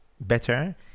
better